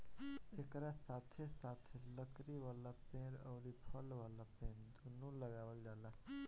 एकरा साथे साथे लकड़ी वाला पेड़ अउरी फल वाला पेड़ दूनो लगावल जाला